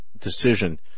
decision